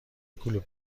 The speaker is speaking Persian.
کلوب